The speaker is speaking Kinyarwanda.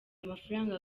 mafaranga